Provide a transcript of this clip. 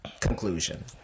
conclusion